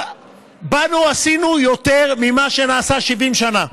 באנו ועשינו יותר ממה שנעשה ב-70 שנה.